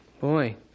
Boy